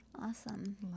awesome